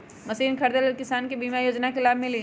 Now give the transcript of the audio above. Machine खरीदे ले किसान के बीमा योजना के लाभ मिली?